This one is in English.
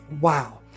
Wow